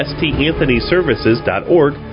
StAnthonyServices.org